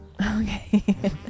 Okay